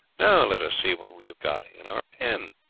now let us see what we have got in our pen.